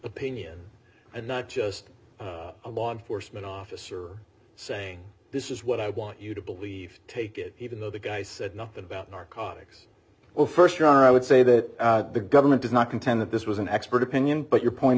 opinion and not just a law enforcement officer saying this is what i want you to believe take it even though the guy said nothing about narcotics well st i would say that the government does not contend that this was an expert opinion but your point